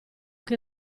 che